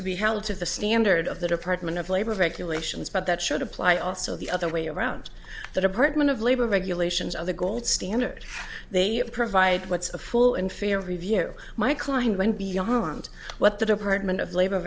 to be held to the standard of the department of labor regulations but that should apply also the other way around the department of labor regulations are the gold standard they provide what's a full and fair review my client went beyond what the department of labor